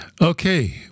Okay